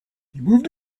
moved